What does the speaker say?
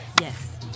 yes